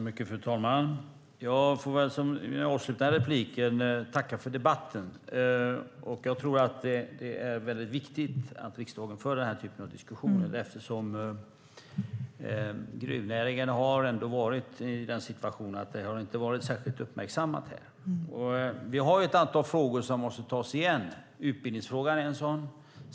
Fru talman! I det avslutande inlägget får jag väl tacka för debatten. Jag tror att det är viktigt att riksdagen för den här typen av diskussioner. Gruvnäringen har ändå varit i situationen att den inte har varit särskilt uppmärksammad. Vi har ett antal frågor som måste tas igen. Utbildningsfrågan är en sådan.